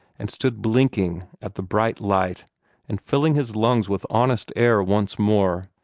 and stood blinking at the bright light and filling his lungs with honest air once more,